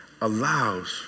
allows